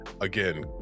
again